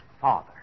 Father